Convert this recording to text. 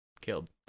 killed